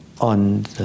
on